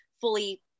fully